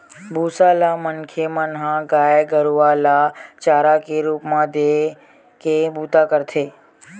भूसा ल मनखे मन ह गाय गरुवा ल चारा के रुप म देय के बूता करथे